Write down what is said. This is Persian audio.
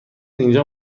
اینجا